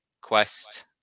quest